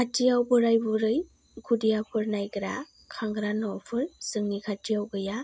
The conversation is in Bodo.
खाथियाव बोराय बुरै खुदियाफोर नायग्रा खांग्रा न'फोर जोंनि खाथियाव गैया